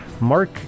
Mark